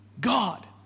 God